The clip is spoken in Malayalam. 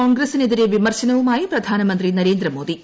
കോൺഗ്രസ്സിനെതിരെ വിമർശനവുമായി പ്രധാനമന്ത്രി നരേന്ദ്രമോദി